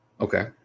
Okay